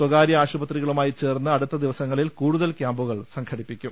സ്വകാര്യ ആശുപത്രികളുമായി ചേർന്ന് അടുത്ത ദിവസങ്ങളിൽ കൂടുതൽ ക്യാമ്പുകൾ സംഘടിപ്പിക്കും